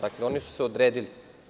Dakle, oni su se odredili.